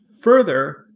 Further